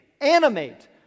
Animate